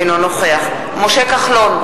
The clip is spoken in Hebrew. אינו נוכח משה כחלון,